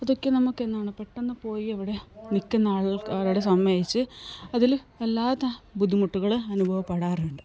അതൊക്കെ നമുക്ക് എന്താണ് പെട്ടെന്ന് പോയി അവിടെ നില്ക്കുന്ന ആളുകളെ സംബന്ധിച്ച് അതില് വല്ലാത്ത ബുദ്ധിമുട്ടുകള് അനുഭവപ്പെടാറുണ്ട്